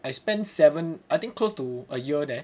I spent seven I think close to a year there